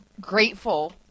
grateful